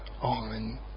on